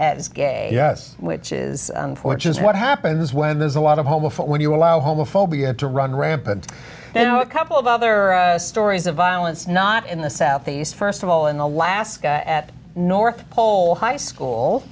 as gay yes which is unfortunate what happens when there's a lot of home before when you allow homophobia to run rampant now a couple of other stories of violence not in the southeast first of all in alaska at north pole high school